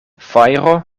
fajro